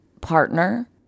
partner